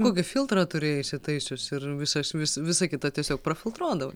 kokį filtrą turėjai įsitaisius ir visos vis visa kita tiesiog prafiltruodavai